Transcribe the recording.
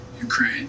Ukraine